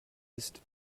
ist